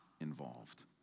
involved